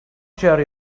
share